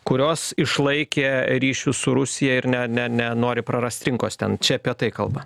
kurios išlaikė ryšius su rusija ir ne ne nenori prarast rinkos ten čia apie tai kalba